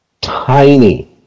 tiny